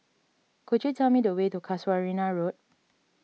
could you tell me the way to Casuarina Road